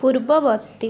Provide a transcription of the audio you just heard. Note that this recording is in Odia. ପୂର୍ବବର୍ତ୍ତୀ